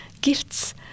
gifts